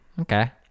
Okay